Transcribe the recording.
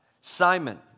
Simon